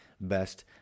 best